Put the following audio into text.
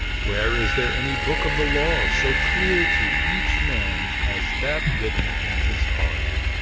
where is there any book of the law so clear to each man as that written in his heart?